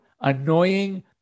annoying